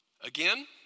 Again